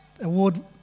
award